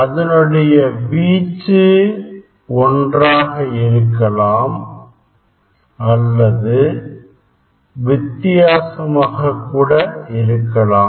அதனுடைய வீச்சு ஒன்றாக இருக்கலாம் அல்லது வித்தியாசமாக கூட இருக்கலாம்